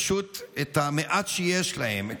פשוט, את המעט שיש להם.